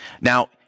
Now